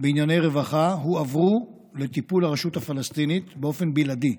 בענייני רווחה הועברו לטיפול הרשות הפלסטינית באופן בלעדי,